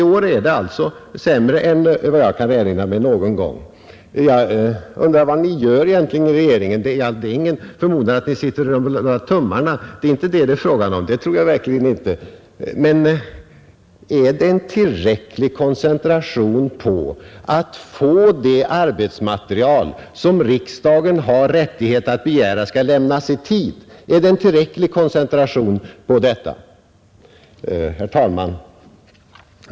I år är det sämre än jag kan erinra mig att det har varit någon gång tidigare. Jag undrar vad ni egentligen gör i regeringen? Ja, detta är inte någon förmodan att ni sitter och rullar tummarna. Det tror jag verkligen inte att ni gör. Men är ni tillräckligt koncentrerade på att få fram det arbetsmaterial som riksdagen har rätt att begära skall lämnas i tid?